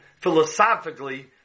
philosophically